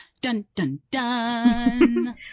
Dun-dun-dun